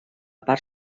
part